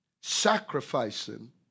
sacrificing